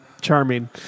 charming